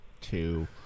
two